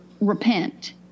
repent